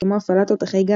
כמו הפעלת תותחי גז,